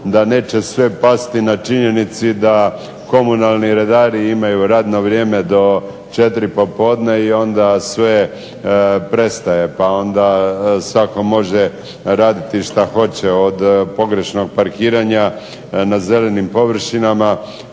da neće sve pasti na činjenici da komunalni redari imaju radno vrijeme do 4 popodne i onda sve prestaje, i onda svatko može raditi što hoće od pogrešnog parkiranja na zelenim površinama